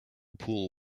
pool